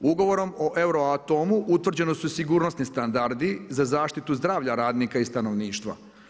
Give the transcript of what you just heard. Ugovorom o euroatomu utvrđeni su sigurnosni standardi za zaštitu zdravlja radnika i stanovništva.